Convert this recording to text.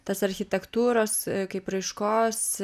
tas architektūros kaip raiškos